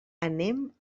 anem